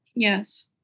Yes